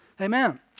Amen